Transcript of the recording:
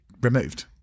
removed